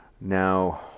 Now